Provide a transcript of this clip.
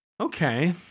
Okay